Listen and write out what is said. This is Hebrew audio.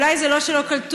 אולי זה לא שלא קלטו.